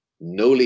no